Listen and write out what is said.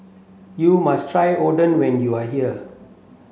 you must try Oden when you are here